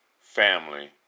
family